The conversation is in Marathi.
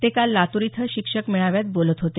ते काल लातूर इथं शिक्षक मेळाव्यात बोलत होते